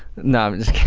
no, i am just